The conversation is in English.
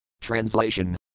Translation